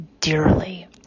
dearly